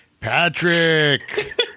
Patrick